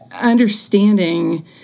understanding